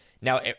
Now